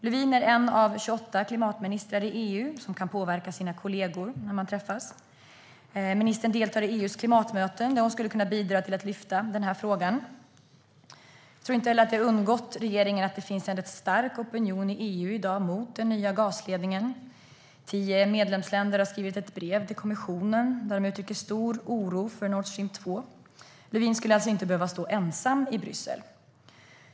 Lövin är en av 28 klimatministrar i EU som kan påverka sina kollegor när man träffas. Ministern deltar i EU:s klimatmöten, där hon skulle kunna bidra till att lyfta den här frågan. Det har nog inte heller undgått regeringen att det finns en väldigt stark opinion i EU i dag mot den nya gasledningen. Tio medlemsländer har skrivit ett brev till kommissionen där de uttrycker stor oro för Nordstream 2. Lövin skulle alltså inte behöva att stå ensam i Bryssel.